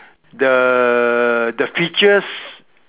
the the features